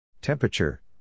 Temperature